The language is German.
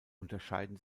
unterscheiden